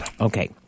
Okay